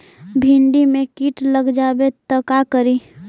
भिन्डी मे किट लग जाबे त का करि?